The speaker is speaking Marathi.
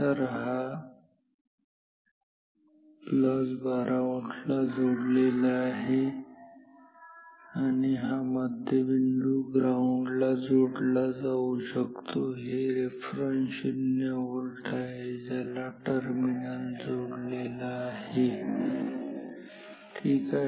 तर हा 12V ला जोडलेला आहे आणि हा मध्यबिंदू ग्राऊंडला जोडला जाऊ शकतो आणि हे रेफरन्स 0 V आहे ज्याला हा टर्मिनल जोडलेला आहे ठीक आहे